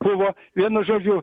buvo vienu žodžiu